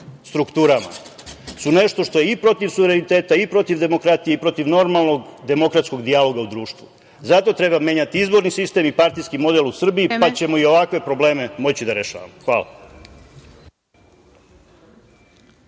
strukturama su nešto što je i protiv suverenitet i protiv demokratije i protiv normalnog demokratskog dijaloga u društvu. Zato treba menjati izborni sistem i partijski model u Srbiji, pa ćemo i ovakve probleme moći da rešavamo. Hvala.